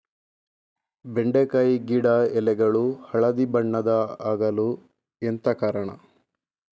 ಬೆಂಡೆಕಾಯಿ ಗಿಡ ಎಲೆಗಳು ಹಳದಿ ಬಣ್ಣದ ಆಗಲು ಎಂತ ಕಾರಣ?